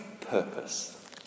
purpose